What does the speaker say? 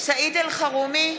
סעיד אלחרומי,